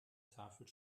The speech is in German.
tafel